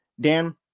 Dan